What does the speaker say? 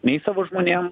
nei savo žmonėm